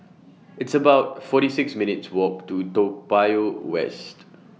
It's about forty six minutes' Walk to Toa Payoh West